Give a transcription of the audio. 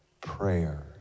Prayer